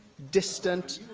distant,